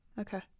okay